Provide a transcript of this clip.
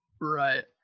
Right